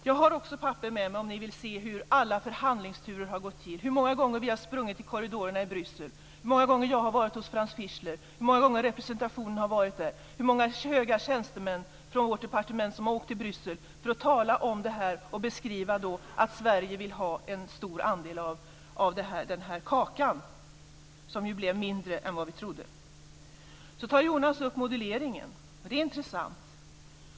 Jag har också papper med mig om ni vill se hur alla förhandlingsturer har gått till, hur många gånger vi har sprungit i korridorerna i Bryssel, hur många gånger jag har varit hos Franz Fischler, hur många gånger representationen har varit där och hur många höga tjänstemän från vårt departement som har åkt till Bryssel för att tala om det här och beskriva att Sverige vill ha en stor andel av den här kakan - som ju blev mindre än vi trodde. Så tar Jonas upp moduleringen. Det är intressant.